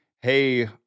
Hey